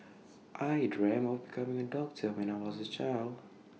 I dreamt of becoming A doctor when I was A child